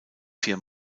vier